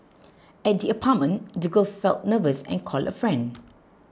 at the apartment the girl felt nervous and called a friend